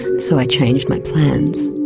so i changed my plans.